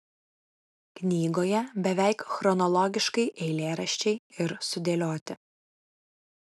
knygoje beveik chronologiškai eilėraščiai ir sudėlioti